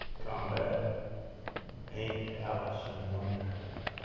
combat ain't, alice in wonderland.